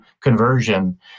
conversion